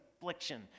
affliction